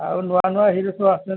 ଆଉ ନୂଆ ନୂଆ ହିରୋ ସବୁ ଆସୁଛନ୍ତି